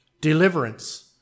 deliverance